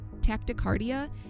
tachycardia